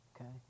Okay